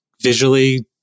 visually